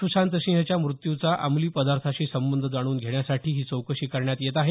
सुशांतसिंहच्या मृत्यूचा अंमली पदार्थांशी संबंध जाणून घेण्यासाठी ही चौकशी करण्यात येत आहे